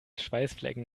schweißflecken